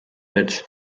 its